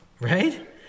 Right